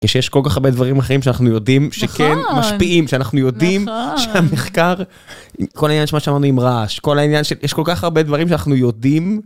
שיש כל כך הרבה דברים אחרים שאנחנו יודעים שכן משפיעים, שאנחנו יודעים שהמחקר, כל העניין של מה שאמרנו עם רעש, כל העניין של, יש כל כך הרבה דברים שאנחנו יודעים.